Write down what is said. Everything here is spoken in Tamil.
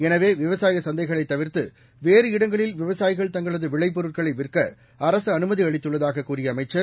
எனவே விவசாய சந்தைகளை தவிர்த்து வேறு இடங்களில் விவசாயிகள் தங்களது விளைபொருட்களை விற்க அரசு அனுமதி அளித்துள்ளதாக கூறிய அமைச்சர்